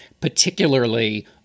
particularly